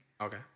Okay